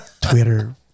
Twitter